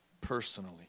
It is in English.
personally